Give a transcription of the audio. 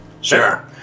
Sure